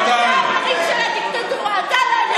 אולי במפלגה הדיקטטורית שלך, לא פה.